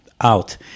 out